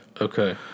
Okay